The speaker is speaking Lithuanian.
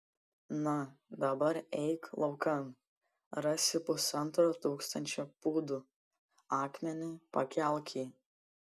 na dabar eik laukan rasi pusantro tūkstančio pūdų akmenį pakelk jį